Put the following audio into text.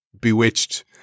Bewitched